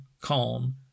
calm